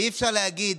ואי-אפשר להגיד: